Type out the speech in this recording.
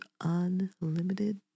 unlimited